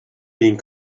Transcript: being